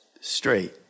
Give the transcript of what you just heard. straight